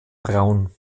braun